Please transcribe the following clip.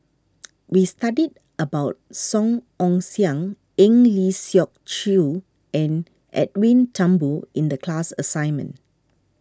we studied about Song Ong Siang Eng Lee Seok Chee and Edwin Thumboo in the class assignment